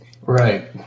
Right